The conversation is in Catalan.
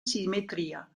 simetria